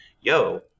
yo